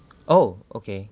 oh okay